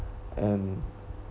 and